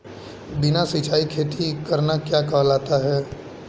बिना सिंचाई खेती करना क्या कहलाता है?